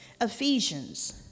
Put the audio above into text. Ephesians